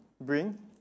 bring